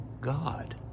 God